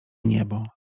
niebo